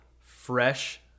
fresh